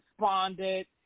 responded